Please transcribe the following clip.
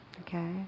Okay